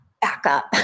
backup